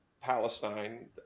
Palestine